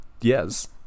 yes